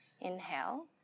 Inhale